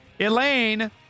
Elaine